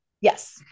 Yes